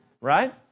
right